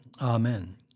Amen